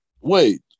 Wait